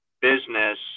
business